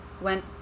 went